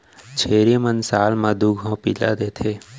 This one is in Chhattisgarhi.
छेरी मन साल म दू घौं पिला देथे